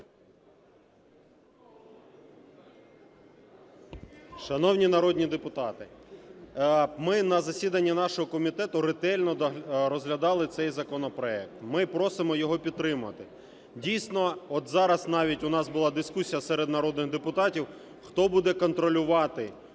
Шановні народні депутати! Ми на засіданні нашого комітету ретельно розглядали цей законопроект, ми просимо його підтримати. Дійсно, от зараз навіть у нас була дискусія серед народних депутатів, хто буде контролювати,